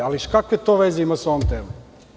Ali, kakve to veze ima sa ovom temom?